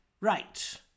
Right